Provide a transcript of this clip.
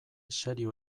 serio